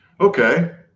Okay